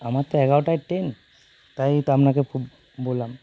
আমার তো এগারোটায় ট্রেন তাই তো আপনাকে ফো বললাম